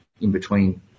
in-between